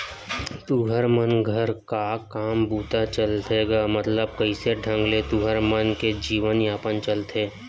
तुँहर मन घर का काम बूता चलथे गा मतलब कइसे ढंग ले तुँहर मन के जीवन यापन चलथे?